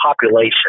population